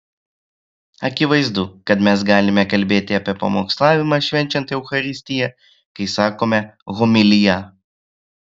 akivaizdu kad mes galime kalbėti apie pamokslavimą švenčiant eucharistiją kai sakome homiliją